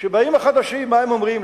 כשבאים החדשים, מה הם אומרים?